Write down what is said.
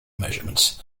measurements